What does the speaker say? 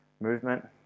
movement